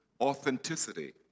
authenticity